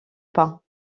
pas